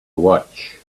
watch